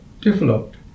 developed